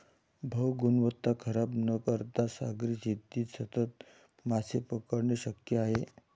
भाऊ, गुणवत्ता खराब न करता सागरी शेतीत सतत मासे पकडणे शक्य आहे